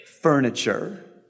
furniture